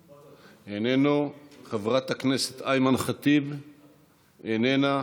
איננו, חברת הכנסת אימאן ח'טיב, איננה.